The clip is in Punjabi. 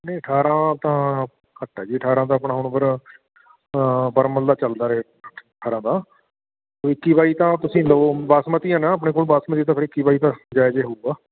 ਨਹੀਂ ਅਠਾਰ੍ਹਾਂ ਤਾਂ ਘੱਟ ਹੈ ਜੀ ਅਠਾਰ੍ਹਾਂ ਦਾ ਆਪਣਾ ਹੁਣ ਫਿਰ ਪਰਮਲ ਦਾ ਚੱਲਦਾ ਰੇਟ ਅਠਾਰ੍ਹਾਂ ਦਾ ਅਤੇ ਇੱਕੀ ਬਾਈ ਤਾਂ ਤੁਸੀਂ ਲਉ ਬਾਸਮਤੀ ਆ ਨਾ ਆਪਣੇ ਕੋਲ ਬਾਸਮਤੀ ਤਾਂ ਫਿਰ ਇੱਕੀ ਬਾਈ ਤਾਂ ਜਾਇਜ਼ ਏ ਹੋਵੇਗਾ